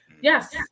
yes